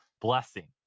blessing